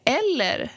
eller